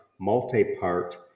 multi-part